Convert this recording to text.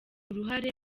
uruhare